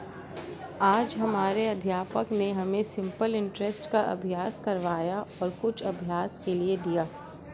आज हमारे अध्यापक ने हमें सिंपल इंटरेस्ट का अभ्यास करवाया और कुछ अभ्यास के लिए दिया